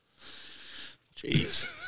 Jeez